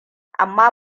amma